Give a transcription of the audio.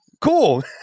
cool